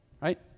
right